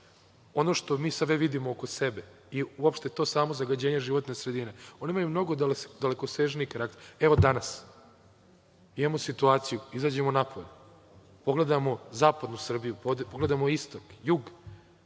ono što mi sada ne vidimo oko sebe i uopšte to samo zagađenje životne sredine. One imaju mnogo dalekosežniji karakter. Evo danas imamo situaciju, izađemo napolje, pogledamozapadnu Srbiju, istok, jug,